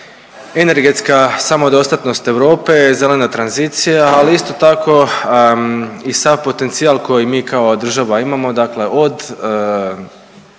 energetska samodostatnost Europe, zelena tranzicija, ali isto tako i sav potencijal koji mi kao država imamo, dakle od